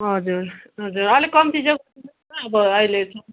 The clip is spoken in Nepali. हजुर हजुर अलिक कम्ती जो अब अहिले